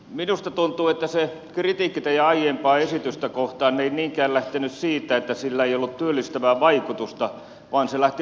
minusta tuntuu että se kritiikki teidän aiempaa esitystänne kohtaan ei niinkään lähtenyt siitä että sillä ei ollut työllistävää vaikutusta vaan se lähti oikeudenmukaisuudesta